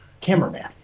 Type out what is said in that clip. cameraman